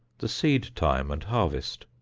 the seed-time and harvest,